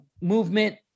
movement